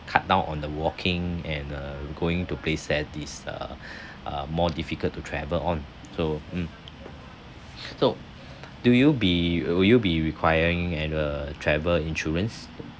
cut down on the walking and uh going to place where this err uh more difficult to travel on so mm so do you be will you be requiring an a travel insurance